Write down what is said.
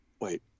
wait